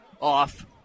off